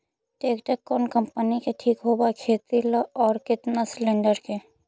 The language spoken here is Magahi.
ट्रैक्टर कोन कम्पनी के ठीक होब है खेती ल औ केतना सलेणडर के?